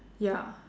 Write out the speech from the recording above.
ya